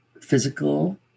physical